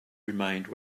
remained